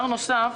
ודבר נוסף,